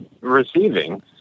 Receiving